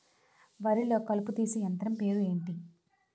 వరి లొ కలుపు తీసే యంత్రం పేరు ఎంటి?